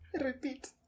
Repeat